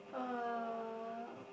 uh